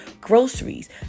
groceries